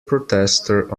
protester